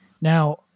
now